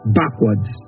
backwards